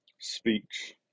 speech